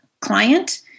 client